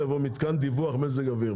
יבוא מתקן דיווח מזג האוויר.